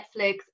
netflix